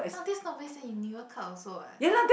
now that's not waste then in New Year card also what